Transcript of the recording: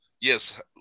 Yes